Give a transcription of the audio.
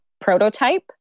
prototype